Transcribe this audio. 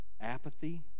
Apathy